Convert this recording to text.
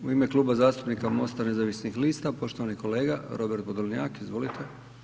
U ime Kluba zastupnika Mosta nezavisnih lista, poštovani kolega Robert Podolnjak, izvolite.